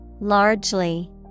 Largely